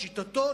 לשיטתו,